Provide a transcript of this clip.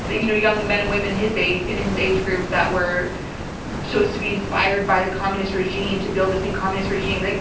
you know young men and women his age, in his age group, that were supposed to be inspired by the communist regime to build this new communist regime. like